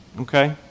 okay